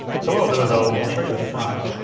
so what i'll do is i'll i'll show you the front,